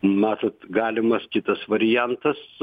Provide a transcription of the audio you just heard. matot galimas kitas variantas